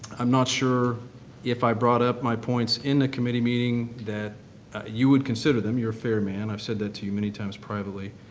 i'm not sure if i brought up my points in the committee meeting, that you would consider them. you're a fair man, i've said that to you many times privately.